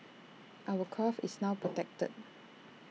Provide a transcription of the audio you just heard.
our craft is now protected